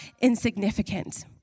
insignificant